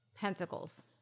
Pentacles